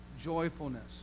joyfulness